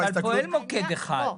אבל פועל מוקד אחד.